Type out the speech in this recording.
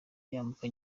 yambuka